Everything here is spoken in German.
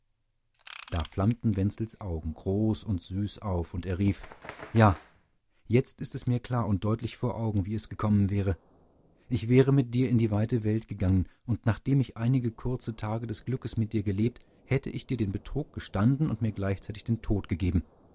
da flammten wenzels augen groß und süß auf und er rief ja jetzt ist es mir klar und deutlich vor augen wie es gekommen wäre ich wäre mit dir in die weite welt gegangen und nachdem ich einige kurze tage des glückes mit dir gelebt hätte ich dir den betrug gestanden und mir gleichzeitig den tod gegeben